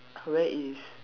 where is